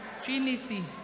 Trinity